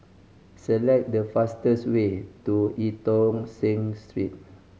select the fastest way to Eu Tong Sen Street